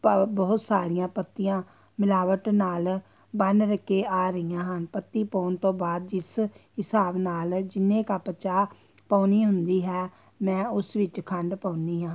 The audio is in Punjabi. ਭਾਵ ਬਹੁਤ ਸਾਰੀਆਂ ਪੱਤੀਆਂ ਮਿਲਾਵਟ ਨਾਲ ਬਣ ਕੇ ਆ ਰਹੀਆਂ ਹਨ ਪੱਤੀ ਪਾਉਣ ਤੋਂ ਬਾਅਦ ਜਿਸ ਹਿਸਾਬ ਨਾਲ ਜਿੰਨੇ ਕੱਪ ਚਾਹ ਪਾਉਣੀ ਹੁੰਦੀ ਹੈ ਮੈਂ ਉਸ ਵਿੱਚ ਖੰਡ ਪਾਉਂਦੀ ਹਾਂ